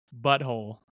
butthole